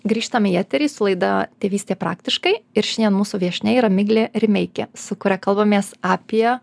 grįžtam į eterį su laida tėvystė praktiškai ir šiandien mūsų viešnia yra miglė rimeikė su kuria kalbamės apie